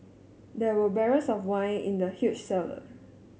there were barrels of wine in the huge cellar